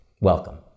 welcome